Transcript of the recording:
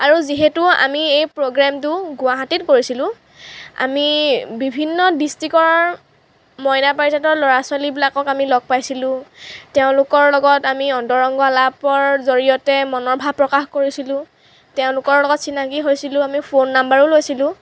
আৰু যিহেতু আমি এই প্ৰগ্ৰেমটো গুৱাহাটীত কৰিছিলোঁ আমি বিভিন্ন ড্ৰিষ্টিকৰ মইনা পাৰিজাতৰ ল'ৰা ছোৱালীবিলাকক আমি লগ পাইছিলোঁ তেওঁলোকৰ লগত আমি অন্তৰংগ আলাপৰ জৰিয়তে মনৰ ভাৱ প্ৰকাশ কৰিছিলোঁ তেওঁলোকৰ লগত চিনাকি হৈছিলোঁ আমি ফোন নাম্বাৰো লৈছিলোঁ